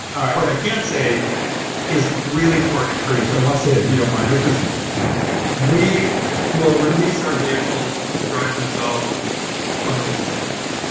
but i can say is really important to cruise. i want to say, and if you don't mind, which is we will release our vehicles to drive themselves when they're safe.